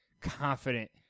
confident